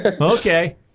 Okay